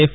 F